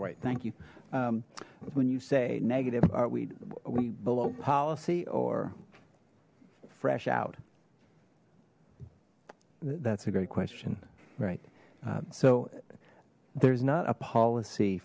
right thank you when you say negative are we we below policy or fresh out that's a great question right so there's not a policy